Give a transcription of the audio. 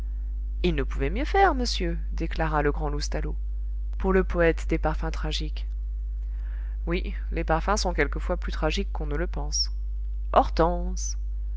ils ne pouvaient mieux faire monsieur déclara le grand loustalot pour le poète des parfums tragiques oui les parfums sont quelquefois plus tragiques qu'on ne le pense hortense